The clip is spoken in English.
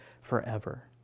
forever